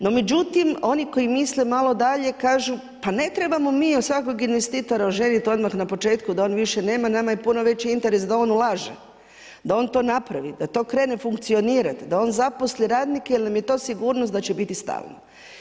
No međutim oni koji misle malo dalje kažu pa ne trebamo mi od svakog investitora željeti odmah na početku da on više nema, nama je puno veći interes da on laže, da on to napravi, da to krene funkcionirati, da on zaposli radnike jer nam je to sigurnost da će biti stalno.